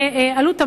בעלות המים.